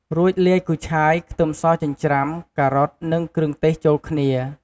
រួចលាយគូឆាយ ខ្ទឹមសចិញ្ច្រាំ ការ៉ុត និងគ្រឿងទេសចូលគ្នា។